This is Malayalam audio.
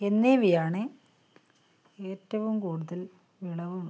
എന്നിവയാണ് ഏറ്റവും കൂടുതല് വിളവും